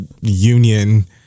union